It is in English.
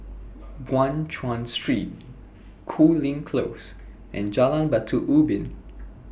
Guan Chuan Street Cooling Close and Jalan Batu Ubin